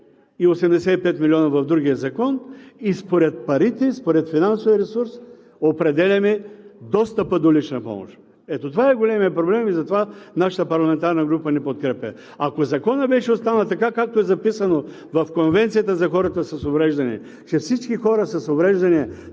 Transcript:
и 85 милиона в другия Закон и според парите, и според финансовия ресурс, определяме достъпа до лична помощ. Ето това е големият проблем. Затова нашата парламентарна група не го подкрепя. Ако Законът беше останал така, както е записано в Конвенцията за хората с увреждания, че всички хора с увреждания